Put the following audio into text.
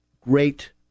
great